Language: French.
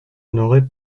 n’aurait